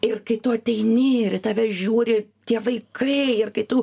ir kai tu ateini ir tave žiūri tie vaikai ir kai tu